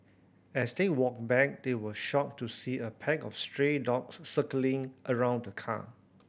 as they walked back they were shocked to see a pack of stray dogs circling around the car